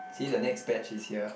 see the next batch is here